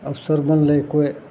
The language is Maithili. अफसर बनलै कोइ